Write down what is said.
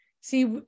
See